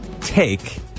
take